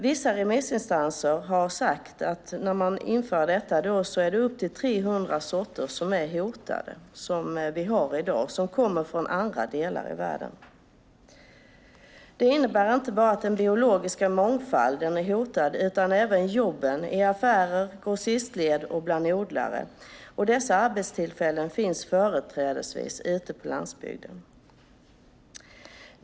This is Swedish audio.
Vissa remissinstanser har sagt att när man inför detta är det upp till 300 sorter som vi har i dag som är hotade. De kommer från andra delar av världen. Det innebär inte bara att den biologiska mångfalden är hotad. Även jobben i affärer, i grossistled och bland odlare är hotade. Dessa arbetstillfällen finns företrädesvis ute på landsbygden.